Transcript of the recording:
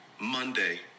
Monday